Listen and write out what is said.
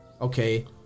okay